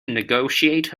negotiate